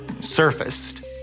surfaced